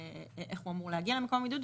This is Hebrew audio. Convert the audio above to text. איך הוא אמור להגיע למקום הבידוד.